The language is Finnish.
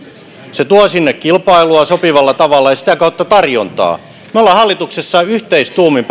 se tuo sinne kilpailua sopivalla tavalla ja sitä kautta tarjontaa me olemme hallituksessa yhteistuumin päättäneet